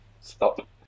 Stop